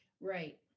Right